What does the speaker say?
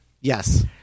Yes